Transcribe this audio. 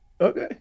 Okay